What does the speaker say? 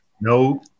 no